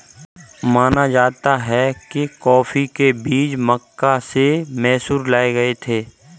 माना जाता है कि कॉफी के बीज मक्का से मैसूर लाए गए थे